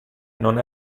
non